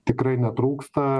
tikrai netrūksta